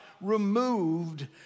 removed